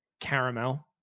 Caramel